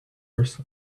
versa